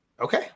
Okay